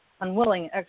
unwilling